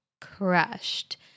crushed